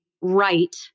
right